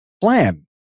plan